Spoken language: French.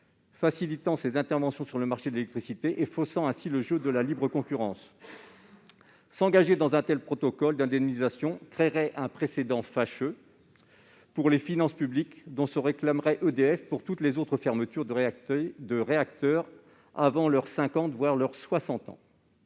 facilitant ses interventions sur le marché de l'électricité et faussant ainsi le jeu de la libre concurrence ? S'engager dans un tel protocole d'indemnisation créerait, pour les finances publiques, un précédent fâcheux dont se réclamerait EDF pour toutes les autres fermetures de réacteurs avant leur cinquante,